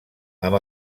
amb